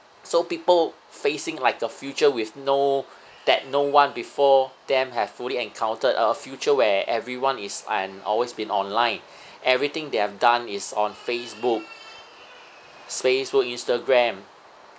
so people facing like a future with no that no one before them have fully encountered a future where everyone is and always been online everything they have done is on Facebook Facebook Instagram